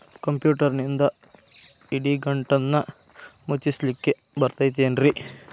ಕಂಪ್ಯೂಟರ್ನಿಂದ್ ಇಡಿಗಂಟನ್ನ ಮುಚ್ಚಸ್ಲಿಕ್ಕೆ ಬರತೈತೇನ್ರೇ?